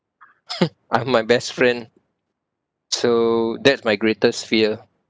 I am my best friend so that's my greatest fear